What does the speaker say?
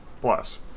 Plus